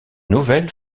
nouvelle